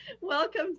welcome